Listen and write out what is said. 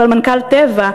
ועל מנכ"ל "טבע",